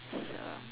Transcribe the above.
so